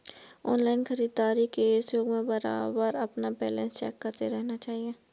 online खरीदारी के इस युग में बारबार अपना बैलेंस चेक करते रहना चाहिए